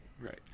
Right